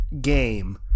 game